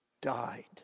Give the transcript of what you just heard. died